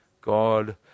God